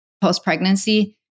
post-pregnancy